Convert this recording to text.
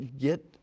get